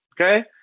okay